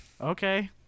Okay